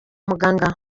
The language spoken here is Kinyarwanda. muganga